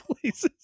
places